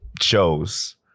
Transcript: shows